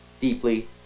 deeply